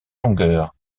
longueur